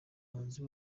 bahanzi